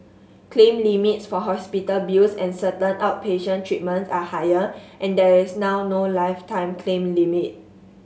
claim limits for hospital bills and certain outpatient treatments are higher and there is now no lifetime claim limit